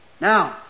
Now